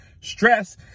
stress